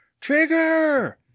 Trigger